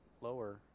lower